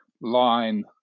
line